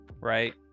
right